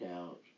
out